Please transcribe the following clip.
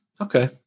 Okay